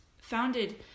founded